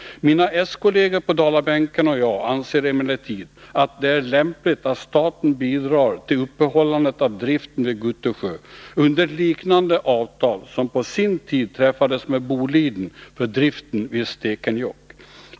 Mina s-kolleger på Dalabänken och jag anser emellertid att det är lämpligt att staten bidrar till uppehållande av driften vid Guttusjö genom avtal liknande dem som på sin tid träffades med Boliden för driften vid Stekenjokk.